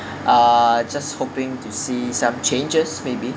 ah just hoping to see some changes maybe